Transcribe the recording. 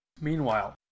Meanwhile